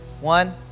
One